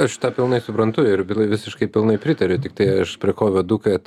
aš tą pilnai suprantu ir bilai visiškai pilnai pritariu tiktai aš prie ko vedu kad